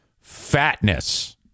fatness